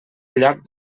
lloc